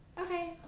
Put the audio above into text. okay